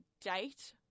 date